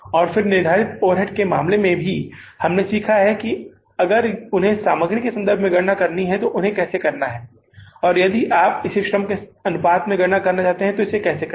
और फिर निर्धारित ओवरहेड के मामले में भी हमने सीखा कि अगर उन्हें सामग्री के संबंध में गणना करना है तो यह कैसे करना है और यदि आप इसे श्रम के अनुपात में गणना करना चाहते हैं तो यह कैसे करें